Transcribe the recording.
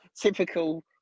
typical